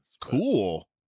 Cool